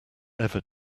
ever